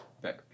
back